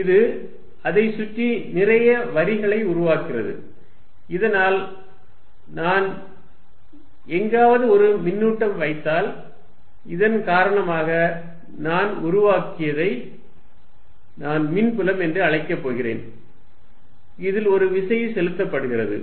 இது அதைச் சுற்றி நிறைய வரிகளை உருவாக்குகிறது இதனால் நான் எங்காவது ஒரு மின்னூட்டம் வைத்தால் இதன் காரணமாக நான் உருவாக்கியதை நான் மின்புலம் என்று அழைக்கப் போகிறேன் இதில் ஒரு விசை செலுத்தப்படுகிறது